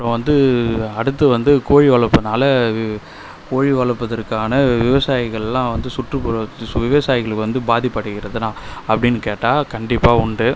அப்புறோம் வந்து அடுத்து வந்து கோழி வளர்ப்புனால கோழி வளர்ப்பதற்கான விவசாயிங்கள்லாம் வந்து சுற்றுப்புற விவசாயிகளுக்கு வந்து பாதிப்படைகிறதுன்னா அப்படின்னு கேட்டால் கண்டிப்பாக உண்டு